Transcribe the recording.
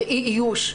לאי איוש.